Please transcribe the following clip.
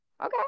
Okay